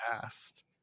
past